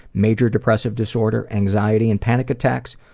major depressive disorder, anxiety and panic attacks,